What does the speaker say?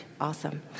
Awesome